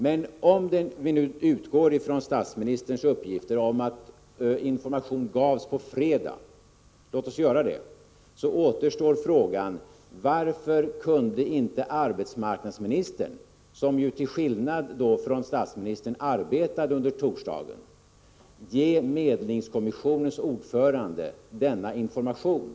Men om vi nu utgår från statsministerns uppgift om att information gavs på fredagen — och låt oss göra det — så återstår frågan: Varför kunde inte arbetsmarknadsministern, som ju till skillnad från statsministern arbetade under torsdagen, ge medlingskommissionens ordförande denna information?